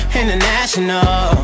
international